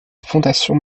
fondation